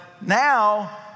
now